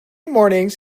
mornings